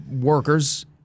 workers